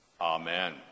Amen